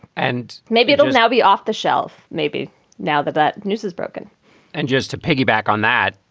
and maybe it will now be off the shelf. maybe now that that news is broken and just to piggyback on that,